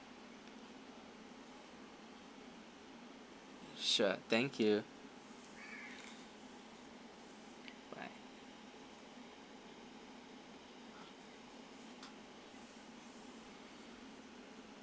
sure thank you bye